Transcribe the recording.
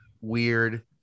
weird